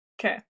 Okay